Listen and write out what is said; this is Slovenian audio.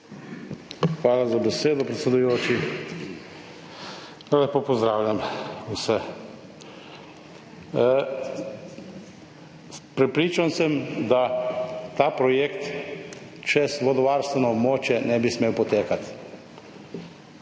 Hvala za besedo, predsedujoči. Lepo pozdravljam vse. Prepričan sem, da ta projekt čez vodovarstveno območje ne bi smel potekati.